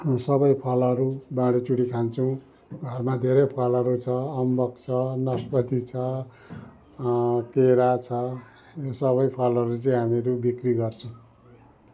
सबै फलहरू बाँडीचुँडी खान्छौँ घरमा धेरै फलहरू छ अम्बक छ नासपति छ केरा छ सबै फलहरू चाहिँ हामीहरू बिक्री गर्छौँ